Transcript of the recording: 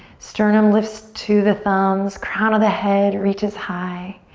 sternum lifts to the thumbs, crown of the head reaches high.